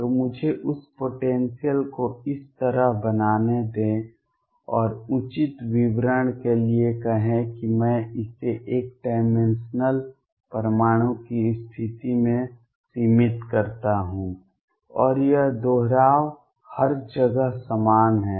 तो मुझे उस पोटेंसियल को इस तरह बनाने दें और उचित विवरण के लिए कहें कि मैं इसे एक डाइमेंशनल परमाणु की स्थिति में सीमित करता हूं और यह दोहराव हर जगह समान है